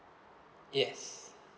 yes